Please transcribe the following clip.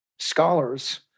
scholars